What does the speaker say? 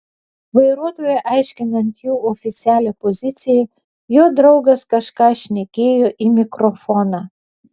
vairuotojui aiškinant jų oficialią poziciją jo draugas kažką šnekėjo į mikrofoną